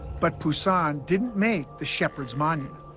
but poussin didn't make the shepherd's monument.